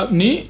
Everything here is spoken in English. ni